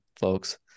folks